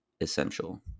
essential